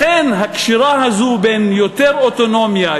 לכן הקשירה הזו בין יותר אוטונומיה,